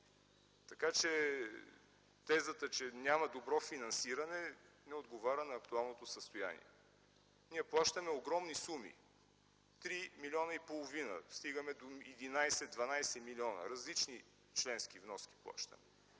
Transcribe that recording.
Така че тезата, че няма добро финансиране, не отговаря на актуалното състояние. Ние плащаме огромни суми – 3,5 милиона, стигаме до 11 12 милиона. Различни членски вноски плащаме.